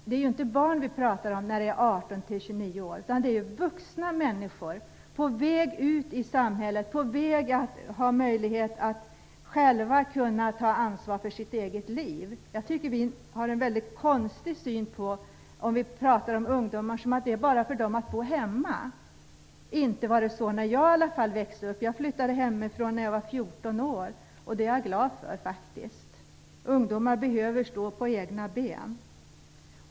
De som är mellan 18 och 29 år är ju inte barn, utan vuxna människor som är på väg ut i samhället med möjlighet att själva ta ansvar för sitt eget liv. Jag tycker att vi har en konstig syn på ungdomar när vi pratar om att det bara är för dem att bo hemma. Inte var det så när jag växte upp. Jag flyttade hemifrån när jag var 14 år, och det är jag faktiskt glad för. Ungdomar behöver stå på egna ben.